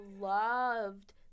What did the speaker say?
loved